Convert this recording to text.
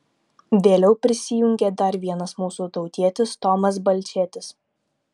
vėliau prisijungė dar vienas mūsų tautietis tomas balčėtis